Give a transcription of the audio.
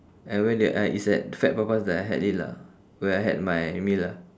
uh where did I it's at fat papas that I had it lah where I had my meal lah